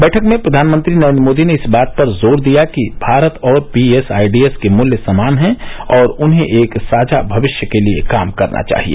बैठक में प्रधानमंत्री नरेन्द्र मोदी ने इस बात पर जोर दिया कि भारत और पीएसआईडीएस के मूल्य समान हैं और उन्हें एक साझा भविष्य के लिए काम करना चाहिए